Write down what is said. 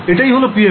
এটাই হল PML